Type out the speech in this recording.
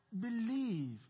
believe